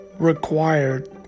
required